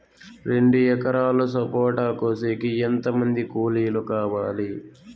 రెండు ఎకరాలు సపోట కోసేకి ఎంత మంది కూలీలు కావాలి?